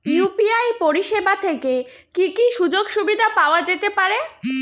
UPI পরিষেবা থেকে কি কি সুযোগ সুবিধা পাওয়া যেতে পারে?